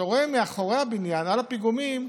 אתה רואה מאחורי הבניין, על הפיגומים,